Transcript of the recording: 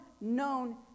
known